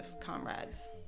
Comrade's